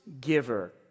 giver